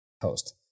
post